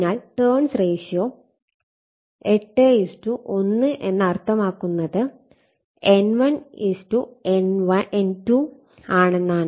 അതിനാൽ turns ratio 8 1 എന്ന് അർത്ഥമാക്കുന്നത് N1 N2 ആണെന്നാണ്